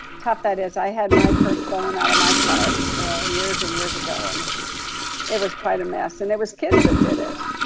tough that is. i had my purse stolen out of my car years and years ago and it was quite a mess. and it was kids that did it.